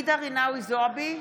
ג'ידא רינאוי זועבי,